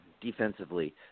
defensively